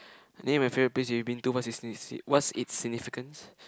name your favourite place you've been to what's its signi~ what's it's significance